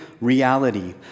reality